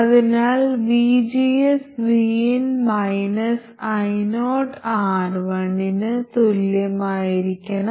അതിനാൽ vgs vin ioR1 ന് തുല്യമായിരിക്കണം